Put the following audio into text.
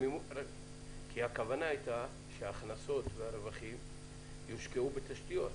הכוונה הייתה שההכנסות יושקעו בתשתיות.